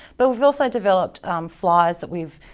but we've also developed flyers that we've,